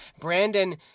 Brandon